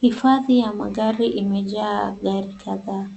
Hifadhi ya magari imejaa gari kadhaa,